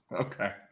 Okay